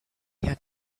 had